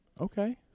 Okay